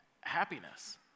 happiness